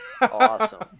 awesome